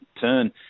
turn